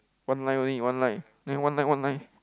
one line only one line there one line one line